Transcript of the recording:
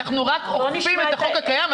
אנחנו אוכפים את החוק הקיים,